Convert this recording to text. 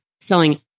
selling